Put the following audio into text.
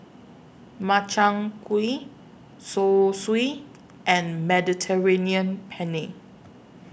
Makchang Gui Zosui and Mediterranean Penne